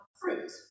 fruit